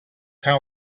how